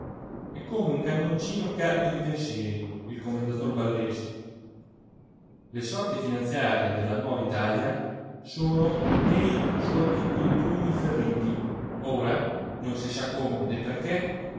e come un cannoncino carico di pensieri il commendator ballesi le sorti finanziarie della nuova italia sono ne suoi piccoli pugni ferrigni ora non si sa come né perché